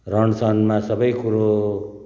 रहनसहनमा सबै कुरो